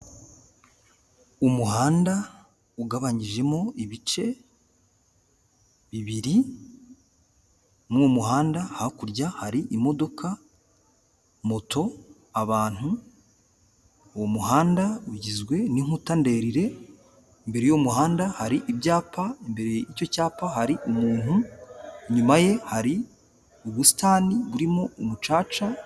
Umuhanda ugabanyijemo ibice bibiri, muri uwo muhanda hakurya hari imodoka, moto, abantu, uwo muhanda ugizwe n'inkuta nderire, imbere y'umuhanda hari ibyapa, mbere y'icyo cyapa hari umuntu, inyuma ye hari ubusitani burimo umucaca.